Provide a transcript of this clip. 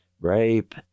rape